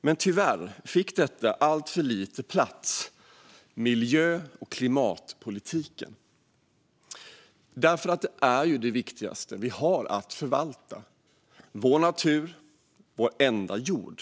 Men tyvärr fick miljö och klimatpolitiken alltför lite plats. Det är ju det viktigaste vi har att förvalta, vår natur, vår enda jord.